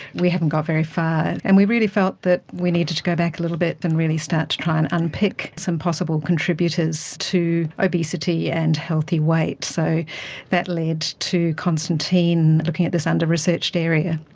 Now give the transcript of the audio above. we haven't got very far. and we really felt that we needed to go back a little bit and really start to try and unpick some possible contributors to obesity and healthy weight. so that led to constantine looking at this under-researched area.